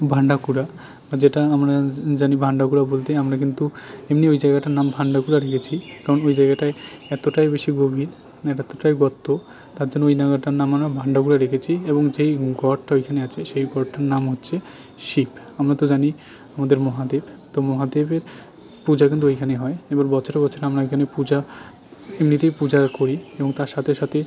ভান্ডাকুড়া যেটা আমরা জানি ভান্ডাকুড়া বলতেই আমরা কিন্তু এমনি ওই জায়গাটার নাম ভান্ডাকুড়া দিয়েছি কারণ ওই জায়গাটায় এতটাই বেশি গভীর আর এতটাই গর্ত তার জন্য ওই জায়গাটার নাম আমরা ভান্ডাকুড়া রেখেছি এবং যেই গডটা ওইখানে আছে সেই গডটার নাম হচ্ছে শিব আমরা তো জানি আমাদের মহাদেব তো মহাদেবের পূজা কিন্তু ওইখানে হয় এবার বছরে বছরে আমরা ওইখানে পূজা এমনিতেই পূজা করি এবং তার সাথে সাথে